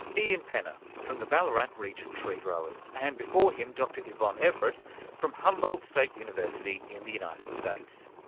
ian penna from the ballarat region treegrowers, and before him dr yvonne everett from humboldt state university in the united states.